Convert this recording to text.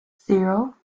zero